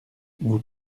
vous